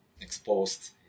exposed